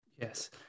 Yes